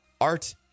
art